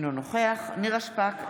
אינו נוכח נירה שפק,